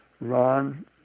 Ron